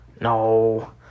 No